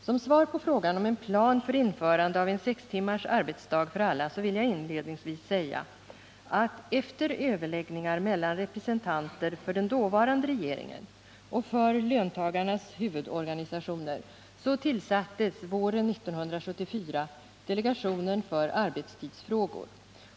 Som svar på frågan om en plan för införande av en sextimmars arbetsdag för alla vill jag inledningsvis säga, att efter överläggningar mellan representanter för den dåvarande regeringen och för löntagarnas huvudorganisationer tillsattes våren 1974 delegationen för arbetstidsfrågor.